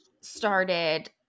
started